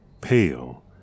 pale